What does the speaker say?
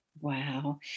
Wow